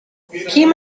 kim